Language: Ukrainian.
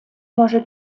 може